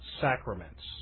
sacraments